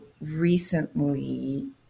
recently